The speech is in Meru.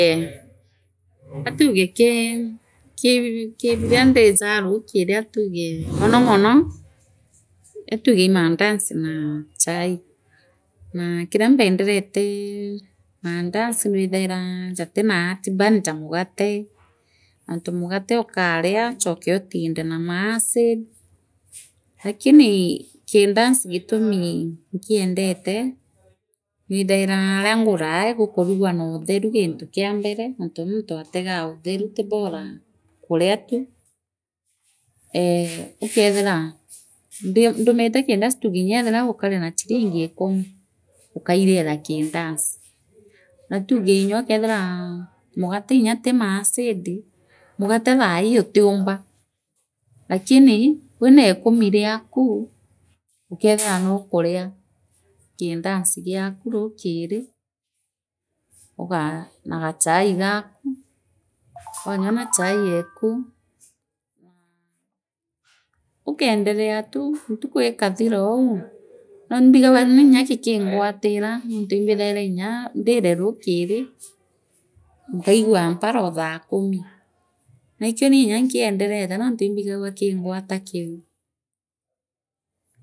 Ee atuge ki bi biria ndigaa ruukiiri atunge monomono atunge ii mandansi na chai naa kiria mpenderetre maandasi mwithaira jatina heartbun jaa mugate anti mugate oukaria achooke utunde naa maacid lakini kindansi gitumi nkiendete mwithaire aria nguraa igukuruga hoothere gintu kila mbele nonti munthi atengee utheru aa kuria tu ee ukethire ndi ndumite kindansi tuuge ngethira ngukari na shilingi ikumi ukairira kindansi naa tungee inyookethiraa mugate nya ti maacid muigate utiumba lakini wiina ikumi naku ukeethira nukuna kindansi giaku rulikiri ugaa na gachaii gaaku waanyue na chai eku naa likenderea tu ntiku ikathirua no imbigagua nimu nya yikingwatire nontui imbithairi ryaa ndi re ruukiri nkaigua mparaotheakumi naa ikio ni nya nkienderete nonti imbiyagua kiingwata kiu.